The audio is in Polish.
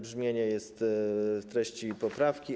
Brzmienie jest w treści poprawki.